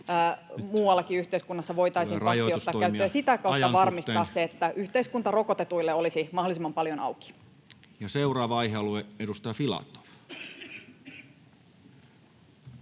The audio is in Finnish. — ajan suhteen!] voisivat passin ottaa käyttöön ja sitä kautta varmistaa sen, että yhteiskunta rokotetuille olisi mahdollisimman paljon auki. Seuraava aihealue, edustaja Filatov.